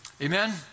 Amen